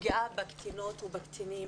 הפגיעה בקטינות ובקטינים